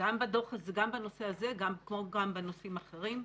גם בנושא הזה כמו גם בנושאים אחרים.